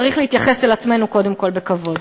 צריך להתייחס אל עצמנו קודם כול בכבוד.